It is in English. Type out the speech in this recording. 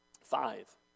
five